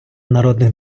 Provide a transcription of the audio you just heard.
народних